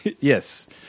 Yes